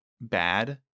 bad